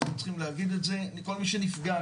אנחנו צריכים להגיד את זה לכל נפגע,